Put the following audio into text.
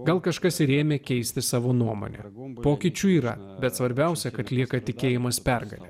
gal kažkas ir ėmė keisti savo nuomonę pokyčių yra bet svarbiausia kad lieka tikėjimas pergale